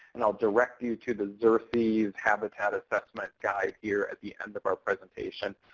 and i'll direct you to the xerces habitat assessment guide here at the end of our presentation.